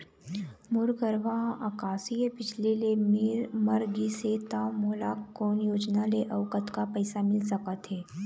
मोर गरवा हा आकसीय बिजली ले मर गिस हे था मोला कोन योजना ले अऊ कतक पैसा मिल सका थे?